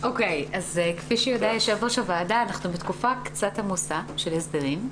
כפי שיודע יו"ר הוועדה אנחנו בתקופה קצת עמוסה של הסדרים.